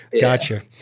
Gotcha